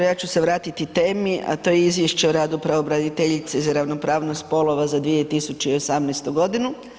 Ja ću se vratiti temi, a to je izvješće o radu pravobraniteljice za ravnopravnost spolova za 2018. godinu.